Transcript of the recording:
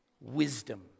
wisdom